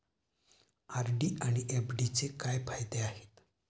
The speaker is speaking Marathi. आर.डी आणि एफ.डीचे काय फायदे आहेत?